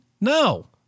No